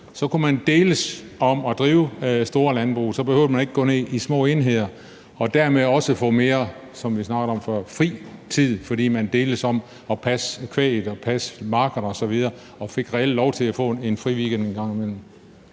så kunne man deles om at drive store landbrug, og så behøvede man ikke at gå ned i små enheder. Dermed kunne man også få mere, som vi snakkede om før, fri tid, fordi man deltes om at passe kvæget, passe markerne osv. Så fik man reelt lov til at få en friweekend en gang imellem.